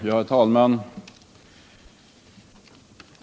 Herr talman!